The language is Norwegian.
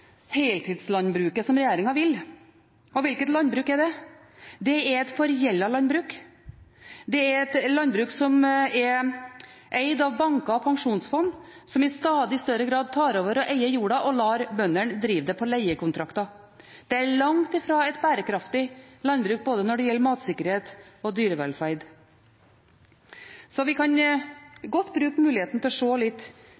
heltidslandbruket som regjeringen vil ha. Hvilket landbruk er det? Det er et forgjeldet landbruk. Det er et landbruk som er eid av banker og pensjonsfond, som i stadig større grad tar over og eier jorda, og lar bøndene drive det på leiekontrakter. Det er langt fra et bærekraftig landbruk verken når det gjelder matsikkerhet eller dyrevelferd. Så vi kan